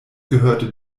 gehörte